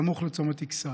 סמוך לצומת אכסאל.